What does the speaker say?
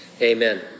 Amen